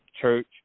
church